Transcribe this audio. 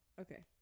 Okay